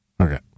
Okay